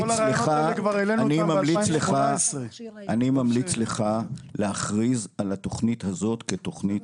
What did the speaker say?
אני ממליץ לך להכריז על התוכנית הזאת כתוכנית מחייבת.